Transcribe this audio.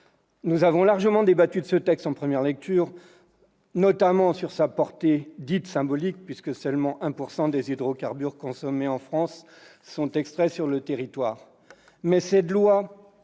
Nous avons largement débattu de ce projet de loi en première lecture, notamment de sa portée « symbolique », puisque 1 % seulement des hydrocarbures consommés en France sont extraits sur le territoire. Cette loi